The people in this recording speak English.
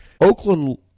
Oakland